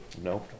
No